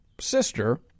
sister